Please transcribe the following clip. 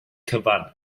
cyfan